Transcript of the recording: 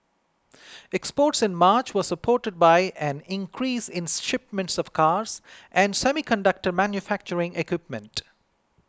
exports in March was supported by an increase in shipments of cars and semiconductor manufacturing equipment